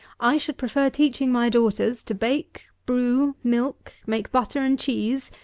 i should prefer teaching my daughters to bake, brew, milk, make butter and cheese,